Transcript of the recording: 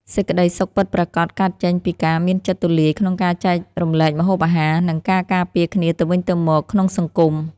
សេចក្ដីសុខពិតប្រាកដកើតចេញពីការមានចិត្តទូលាយក្នុងការចែករំលែកម្ហូបអាហារ និង ការការពារគ្នាទៅវិញទៅមកក្នុងសង្គម។